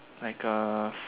like a